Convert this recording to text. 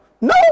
No